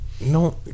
no